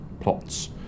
plots